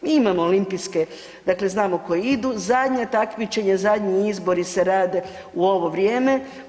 Mi imamo olimpijske, dakle znamo koji idu, zadnja takmičenja, zadnji izbori se rade u ovom vrijeme.